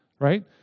Right